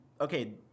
okay